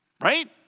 right